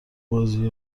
بازی